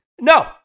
No